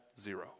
zero